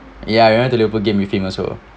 ya you went to liverpool game with him also